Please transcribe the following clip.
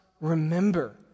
remember